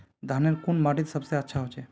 धानेर कुन माटित सबसे अच्छा होचे?